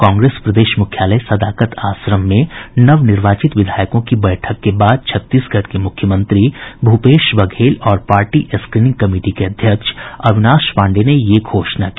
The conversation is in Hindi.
कांग्रेस प्रदेश मुख्यालय सदाकत आश्रम में नवनिर्वाचित विधायकों की बैठक के बाद छत्तीसगढ़ के मुख्यमंत्री भूपेश बघेल और पार्टी स्क्रीनिंग कंमिटी के अध्यक्ष अविनाश पाण्डेय ने ये घोषणा की